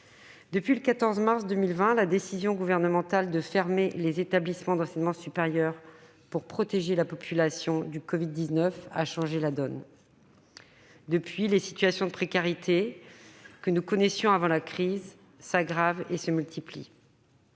Depuis le 14 mars 2020, la décision du Gouvernement de fermer les établissements d'enseignement supérieur pour protéger la population du covid-19 a changé la donne. Depuis lors, les situations de précarité que nous connaissions avant la crise s'aggravent et se multiplient.